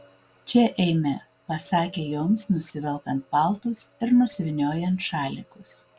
čia eime pasakė joms nusivelkant paltus ir nusivyniojant šalikus